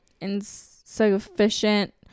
insufficient